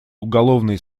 уголовный